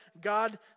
God